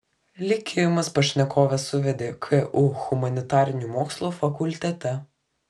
likimas pašnekoves suvedė ku humanitarinių mokslų fakultete